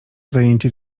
zajęcie